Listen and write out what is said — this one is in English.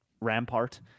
Rampart